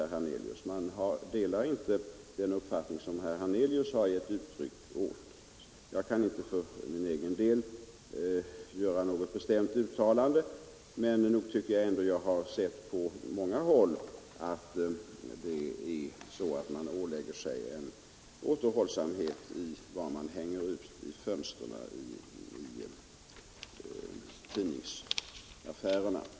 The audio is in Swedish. Man delar där inte den uppfattning som herr Hernelius gav uttryck åt. För egen del kan jag inte göra något bestämt uttalande i det fallet, men jag tycker ändå att man på många håll har ålagt sig återhållsamhet beträffande det som hängs ut i tidningsaffärernas fönster.